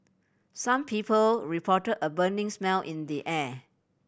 some people reported a burning smell in the air